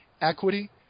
equity